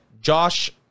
Josh